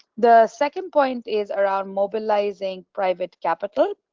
the second point is around mobilizing private capital